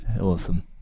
Awesome